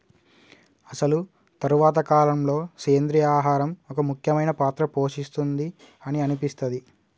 అసలు తరువాతి కాలంలో, సెంద్రీయ ఆహారం ఒక ముఖ్యమైన పాత్ర పోషిస్తుంది అని అనిపిస్తది